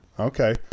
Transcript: okay